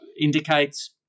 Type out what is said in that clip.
indicates